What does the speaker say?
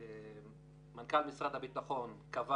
(שקף 11). מנכ"ל משרד הביטחון קבע